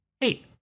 Hey